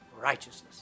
righteousness